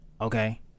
Okay